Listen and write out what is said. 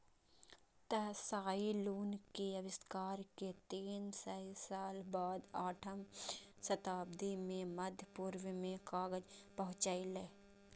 Tsai Lun के आविष्कार के तीन सय साल बाद आठम शताब्दी मे मध्य पूर्व मे कागज पहुंचलै